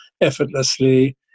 effortlessly